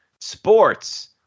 sports